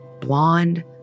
blonde